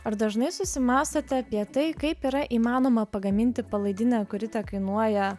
ar dažnai susimąstote apie tai kaip yra įmanoma pagaminti palaidinę kuri tekainuoja